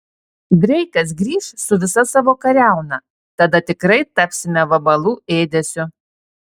dreikas grįš su visa savo kariauna tada tikrai tapsime vabalų ėdesiu